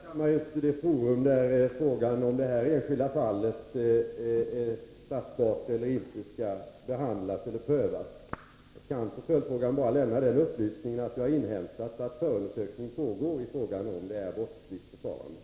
Herr talman! Denna kammare är ju inte det forum där frågan om detta enskilda fall är straffbart eller inte skall behandlas eller prövas. Jag kan på Oswald Söderqvists följdfråga bara lämna den upplysningen att jag inhämtat att förundersökning pågår i frågan om detta är brottsligt förfarande.